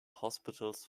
hospitals